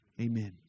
Amen